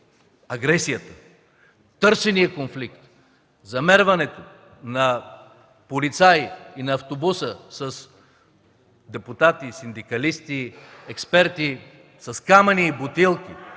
агресията, търсения конфликт, замерването на полицаи, на автобуса с депутати, синдикалисти, експерти с камъни и с бутилки